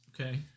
okay